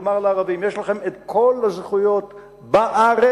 לומר לערבים: יש לכם כל הזכויות בארץ,